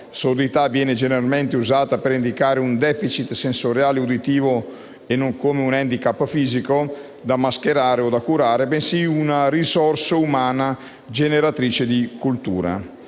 "sordità" viene generalmente utilizzata per indicare un *deficit* sensoriale uditivo: non un *handicap* fisico da mascherare e da curare, bensì una risorsa umana generatrice di cultura.